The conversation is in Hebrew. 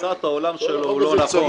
בתפיסת העולם שלו, הוא לא נכון.